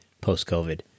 post-COVID